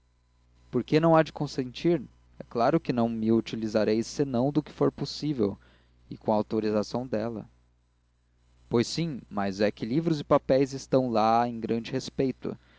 que não há de consentir e claro que não me utilizarei senão do que for possível e com autorização dela pois sim mas é que livros e papéis estão lá em grande respeito